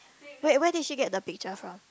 wait where did she get picture from